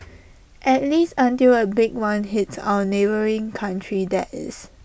at least until A big one hits A neighbouring country that is